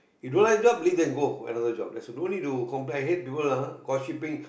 you don't like the job leave and go for another job there's no need to compare hate people ah got shipping